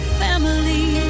family